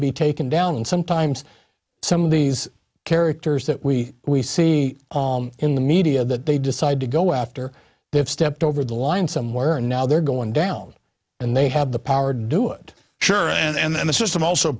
be taken down and sometimes some of the these characters that we we see in the media that they decide to go after they've stepped over the line somewhere and now they're going down and they have the power to do it and the system also